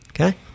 Okay